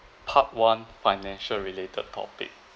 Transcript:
part one financial related topic